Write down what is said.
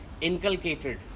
inculcated